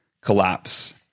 collapse